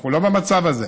אנחנו לא במצב הזה.